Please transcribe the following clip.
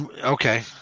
Okay